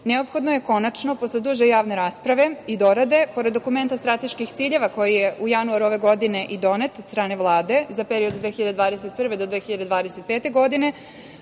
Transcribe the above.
neophodno je konačno, posle duže javne rasprave i dorade, pored dokumenta strateških ciljeva koji je u januaru ove godine i donet od strane Vlade za period od 2021. do 2025. godine,